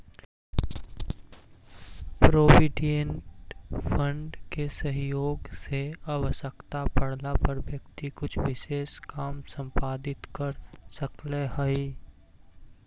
provident fund के सहयोग से आवश्यकता पड़ला पर व्यक्ति कुछ विशेष काम संपादित कर सकऽ हई